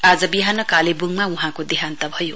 आज विहान कालेवुङमा वहाँको देहान्त भयो